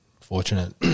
fortunate